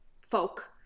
folk